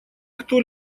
кто